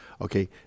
okay